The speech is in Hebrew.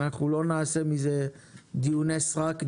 אנחנו לא נעשה מזה דיוני סרק,